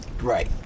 Right